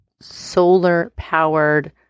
solar-powered